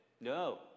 No